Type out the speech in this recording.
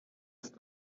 ist